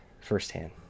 firsthand